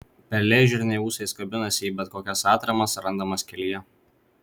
pelėžirniai ūsais kabinasi į bet kokias atramas randamas kelyje